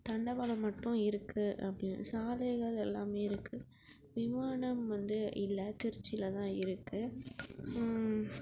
தண்டவாளம் மட்டும் இருக்குது அப்படி சாலைகள் எல்லாமே இருக்கு விமானம் வந்து இல்லை திருச்சியில் தான் இருக்குது